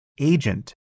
agent